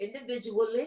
individually